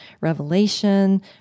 revelation